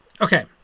Okay